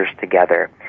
together